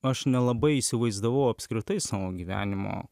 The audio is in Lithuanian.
aš nelabai įsivaizdavau apskritai savo gyvenimo